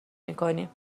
میکنیم